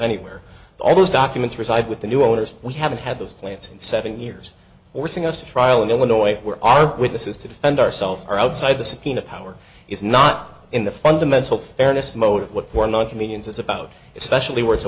anywhere all those documents reside with the new owners we haven't had those plants in seven years forcing us to trial in illinois where our witnesses to defend ourselves are outside the subpoena power is not in the fundamental fairness mode what we're not comedians is about especially where it's a